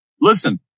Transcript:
Listen